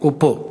הוא פה.